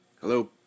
Hello